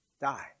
die